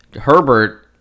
Herbert